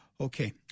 Okay